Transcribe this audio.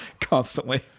Constantly